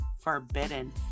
Forbidden